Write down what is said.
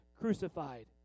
crucified